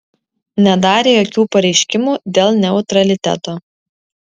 nedarė jokių pareiškimų dėl neutraliteto